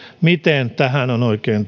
miten tähän on oikein